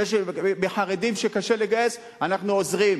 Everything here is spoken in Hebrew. אצל חרדים, שקשה לגייס, אנחנו עוזרים,